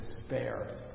Despair